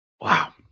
wow